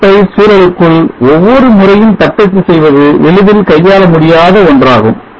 ng spice சூழலுக்குள் ஒவ்வொரு முறையும் தட்டச்சு செய்வது எளிதில் கையாள முடியாத ஒன்றாகும்